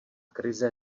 krize